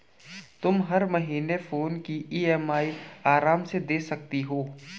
तुम हर महीने फोन की ई.एम.आई आराम से दे सकती हो